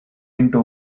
into